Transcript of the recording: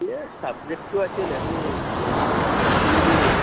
এ ছাবজেক্টটো আছিল হেৰি ইংলিছ